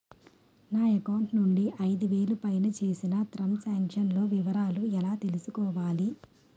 నా అకౌంట్ నుండి ఐదు వేలు పైన చేసిన త్రం సాంక్షన్ లో వివరాలు ఎలా తెలుసుకోవాలి?